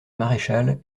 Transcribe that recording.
maréchale